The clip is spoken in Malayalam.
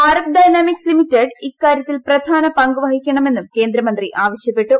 ഭാരത് ഡൈനാമിക്സ് ലിമിറ്റഡ് ഇക്കാര്യത്തിൽ പ്രധാന പങ്ക് വഹിക്കണമെന്നും കേന്ദ്രമന്ത്രി ആവശ്യപ്പെട്ടു